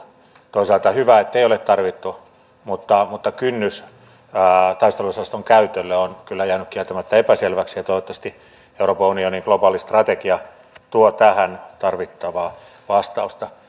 toisaalta hyvä ettei ole tarvittu mutta kynnys taisteluosaston käytölle on kyllä jäänyt kieltämättä epäselväksi ja toivottavasti euroopan unionin globaali strategia tuo tähän tarvittavaa vastausta